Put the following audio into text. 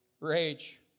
rage